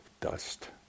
dust